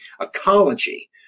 ecology